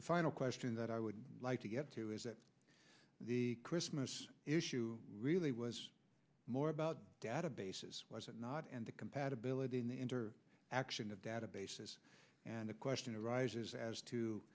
final question that i would like to get to is that the christmas issue really was more about databases or not and the compatibility in the entire action of databases and the question arises as to